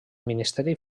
ministeri